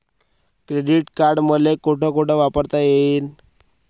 Credit card मले कोठ कोठ वापरता येईन?